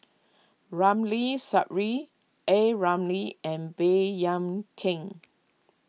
Ramli Sarip A Ramli and Baey Yam Keng